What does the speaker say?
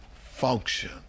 function